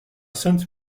sainte